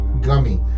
gummy